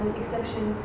exception